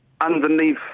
underneath